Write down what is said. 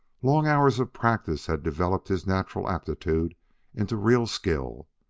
long hours of practice had developed his natural aptitude into real skill.